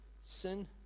sin